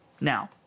Now